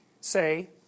say